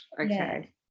Okay